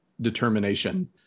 determination